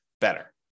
better